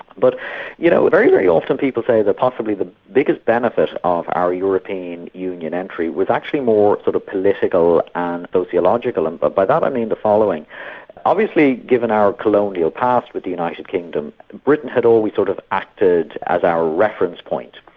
but you know, very, very often people say that possibly the biggest benefit of our european union entry was actually more sort of political and sociological, and but by that i mean the following obviously given our colonial past with the united kingdom, britain had always sort of acted as our reference point.